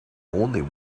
only